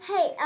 Hey